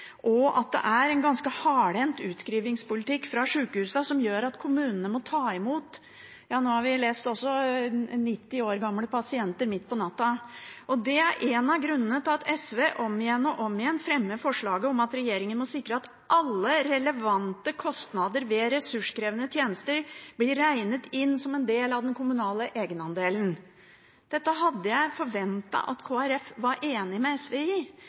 og at det er en ganske hardhendt utskrivingspolitikk fra sykehusene, som gjør at kommunene må ta imot pasienter midt på natta –vi har bl.a. lest om 90 år gamle pasienter. Det er en av grunnene til at SV om og om igjen fremmer forslaget om at regjeringen må sikre at alle relevante kostnader ved ressurskrevende tjenester blir regnet inn som en del av den kommunale egenandelen. Dette hadde jeg forventet at Kristelig Folkeparti var enig med SV i,